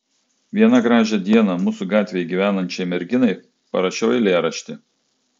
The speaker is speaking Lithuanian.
vieną gražią dieną mūsų gatvėje gyvenančiai merginai parašiau eilėraštį